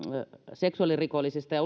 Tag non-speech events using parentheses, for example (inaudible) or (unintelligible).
seksuaalirikollisista ja (unintelligible)